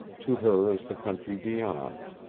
to her as the country beyond.